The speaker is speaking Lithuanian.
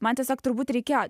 man tiesiog turbūt reikėjo